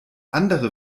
andere